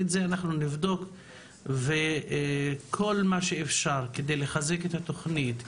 את זה אנחנו נבדוק וכל מה שאפשר כדי לחזוק את התוכנית,